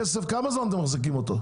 כמה זמן אתם מחזיקים את הכסף?